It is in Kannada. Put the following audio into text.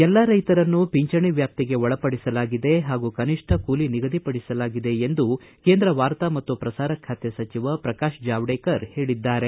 ಎಲ್ಲಾ ರೈತರನ್ನೂ ಪಿಂಚಣಿ ವ್ಹಾಪ್ತಿಗೆ ಒಳಪಡಿಸಲಾಗಿದೆ ಹಾಗೂ ಕನಿಷ್ಠ ಕೂಲಿ ನಿಗದಿಪಡಿಸಲಾಗಿದೆ ಎಂದು ಕೇಂದ್ರ ವಾರ್ತಾ ಮತ್ತು ಪ್ರಸಾರ ಖಾತೆ ಸಚಿವ ಪ್ರಕಾಶ್ ಜಾವಡೆಕರ್ ಹೇಳಿದ್ದಾರೆ